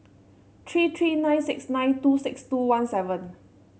three three nine six nine two six two one seven